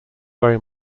very